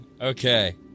Okay